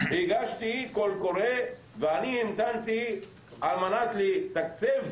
הגשתי קול קורא והמתנתי על מנת לתקצב